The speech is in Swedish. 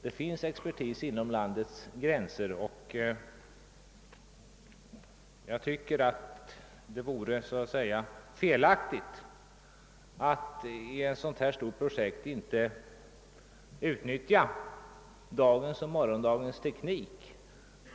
Det finns expertis inom landets gränser, och jag tycker det vore felaktigt att i ett så stort projekt inte utnyttja dagens och morgondagens teknik.